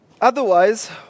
Otherwise